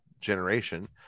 generation